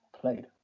played